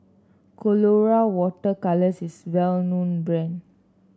Colora Water Colours is well known brand